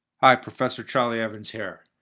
hi, professor charlie evans here.